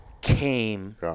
came